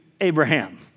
Abraham